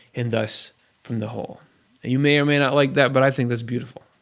and thus from the whole. and you may or may not like that, but i think that's beautiful.